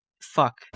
fuck